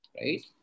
right